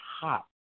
hot